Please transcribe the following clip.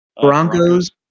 Broncos